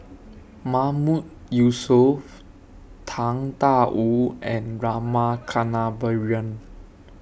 Mahmood Yusof Tang DA Wu and Rama Kannabiran